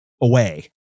away